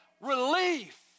relief